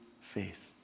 faith